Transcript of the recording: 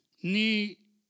ni